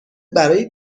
برای